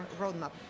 roadmap